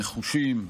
נחושים,